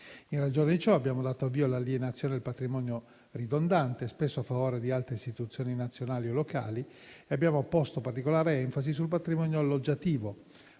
In ragione di ciò, abbiamo dato avvio all'alienazione del patrimonio ridondante, spesso a favore di altre istituzioni nazionali o locali, e abbiamo posto particolare enfasi sul patrimonio alloggiativo,